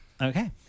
Okay